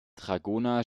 dragoner